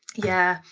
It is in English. yeah,